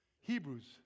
Hebrews